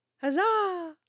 Huzzah